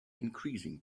increasing